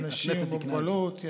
אנשים עם מוגבלות.